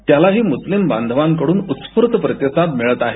त्याला मुस्लिम बांधवांकडून उत्स्फूर्त प्रतिसाद मिळत आहे